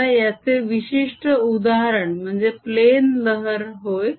आता याचे विशिष्ट उदाहरण म्हणजे प्लेन लहर होय